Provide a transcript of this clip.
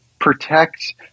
protect